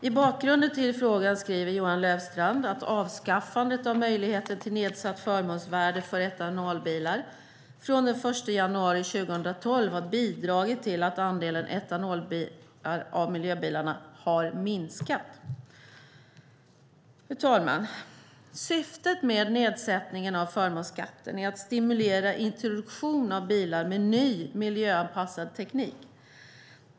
I bakgrunden till frågan skriver Johan Löfstrand att avskaffandet av möjligheten till nedsatt förmånsvärde för etanolbilar från den 1 januari 2012 har bidragit till att andelen etanolbilar av miljöbilarna har minskat. Syftet med nedsättningen av förmånsskatten är att stimulera introduktionen av bilar med ny miljöanpassad teknik.